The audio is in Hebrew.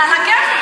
זה עלא כיפאק.